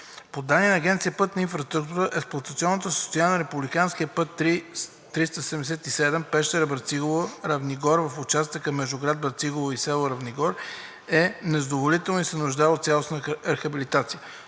по данни на Агенция „Пътна инфраструктура“ експлоатационното състояние на републикански път III-377 Пещера – Брацигово – Равногор в участъка между град Брацигово и село Равногор е незадоволително и се нуждае от цялостна рехабилитация.